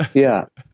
yeah.